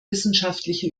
wissenschaftliche